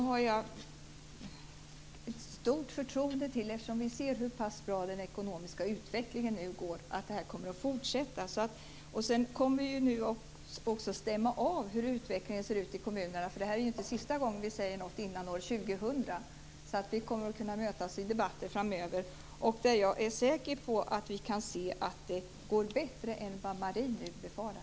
Herr talman! Vi ser nu hur pass bra den ekonomiska utvecklingen går, och jag har ett stort förtroende för att den kommer att fortsätta. Sedan kommer vi också att stämma av hur utvecklingen ser ut i kommunerna. Det här är ju inte sista gången vi säger något om detta före år 2000. Vi kommer att kunna mötas i debatter framöver, och jag är säker på att vi då kan se att det går bättre än vad Marie Engström nu befarar.